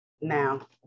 Now